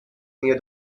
near